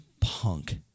Punk